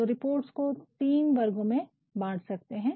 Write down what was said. तो रिपोर्ट्स को तीन वर्ग में बाँट सकते है